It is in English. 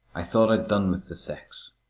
i thought i'd done with the sex.